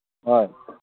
ꯍꯣꯏ